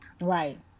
right